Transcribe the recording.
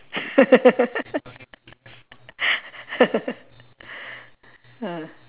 ah